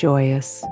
joyous